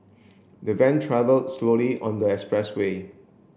the van travelled slowly on the expressway